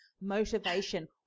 motivation